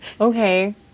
Okay